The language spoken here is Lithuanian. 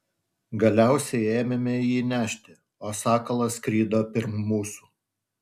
galiausiai ėmėme jį nešti o sakalas skrido pirm mūsų